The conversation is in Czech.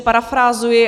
Parafrázuji.